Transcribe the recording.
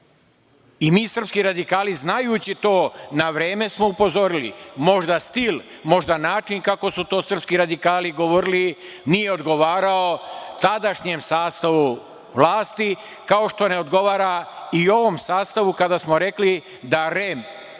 srpski radikali, znajući to, na vreme smo upozorili. Možda stil, možda način kako su to srpski radikali govorili nije odgovarao tadašnjem sastavu vlasti, kao što ne odgovara i ovom sastavu, kada smo rekli da REM